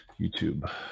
YouTube